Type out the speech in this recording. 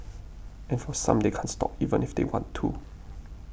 and for some they can't stop even if they want to